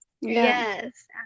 Yes